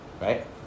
right